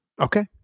Okay